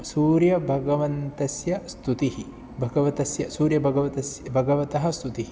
सूर्यभगवन्तस्य स्तुतिः भगवतस्य सूर्यभगवतः भगवतः स्तुतिः